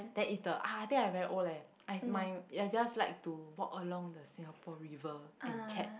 that is the uh I think I very old leh I my I just like to walk along the Singapore River and chat